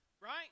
right